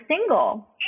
single